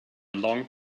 long